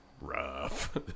rough